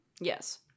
Yes